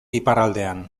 iparraldean